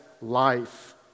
life